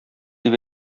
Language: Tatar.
дип